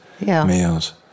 meals